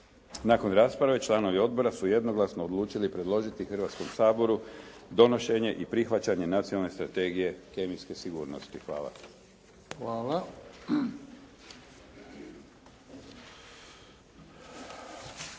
Nakon rasprave članovi odbora su jednoglasno odlučili predložiti Hrvatskom saboru donošenje i prihvaćanje Nacionalne strategije kemijske sigurnosti. **Bebić,